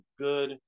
good